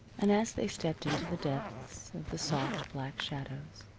and as they stepped into the depths of the soft black shadows